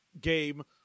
game